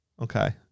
okay